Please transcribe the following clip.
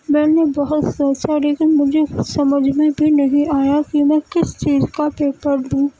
میں نے بہت سوچا لیکن مجھے کچھ سمجھ میں بھی نہیں آیا کہ میں کس چیز کا پیپر دوں